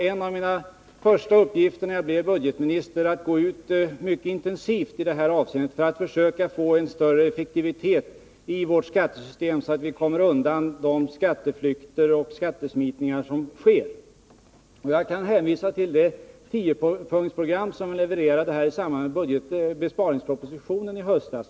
En av mina första uppgifter som budgetminister var att gå ut mycket intensivt i det här avseendet för att försöka få en större effektivitet i vårt skattesystem så att vi skulle kunna komma åt de skatteflykter och skattesmitningar som görs. Jag kan hänvisa till det tiopunktsprogram som jag presenterade i samband med besparingspropositionen i höstas.